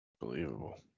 Believable